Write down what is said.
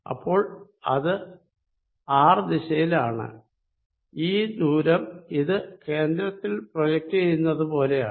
അപ്പോൾ ഇത് ആർ ദിശയിലാണ് ഈ ദൂരം ഇത് കേന്ദ്രത്തിൽ പ്രോജക്ട് ചെയ്യുന്നത് പോലെയാണ്